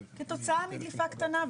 כתוצאה מדליפה קטנה,